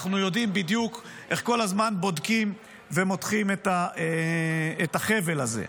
אנחנו יודעים בדיוק איך כל הזמן בודקים ומותחים את החבל הזה.